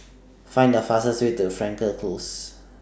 Find The fastest Way to Frankel Close